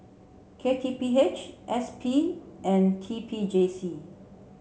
K T P H S P and T P J C